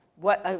what, of,